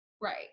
Right